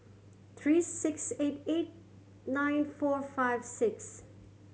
three six eight eight nine four five six